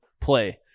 play